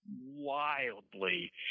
wildly